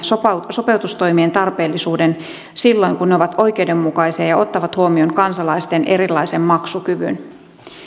sopeutustoimien tarpeellisuuden silloin kun ne ovat oikeudenmukaisia ja ja ottavat huomioon kansalaisten erilaisen maksukyvyn